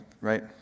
right